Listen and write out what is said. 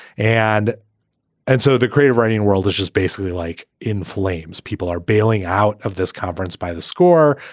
and and so the creative writing world is just basically like in flames. people are bailing out of this conference by the score.